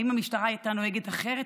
האם המשטרה הייתה נוהגת אחרת?